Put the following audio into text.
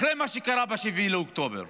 אחרי מה שקרה ב-7 באוקטובר.